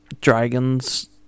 Dragons